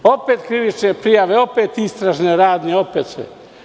Opet krivične prijave, opet istražne radnje, opet sve.